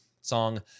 song